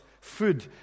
food